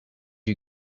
you